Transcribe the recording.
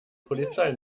polizei